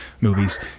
movies